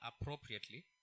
appropriately